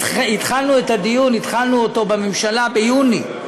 התחלנו את הדיון בממשלה ביוני,